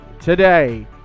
today